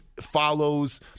follows